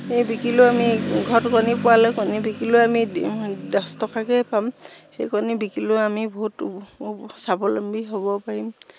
এই বিকিলেও আমি ঘৰত কণী পৰালে কণী বিকিলেও আমি দহ টকাকৈয়ে পাম সেই কণী বিকিলেও আমি বহুত স্বাৱলম্বী হ'ব পাৰিম